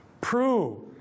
prove